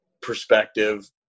perspective